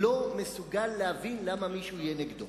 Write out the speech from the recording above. לא מסוגל להבין למה מישהו יהיה נגדו.